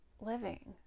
living